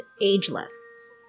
ageless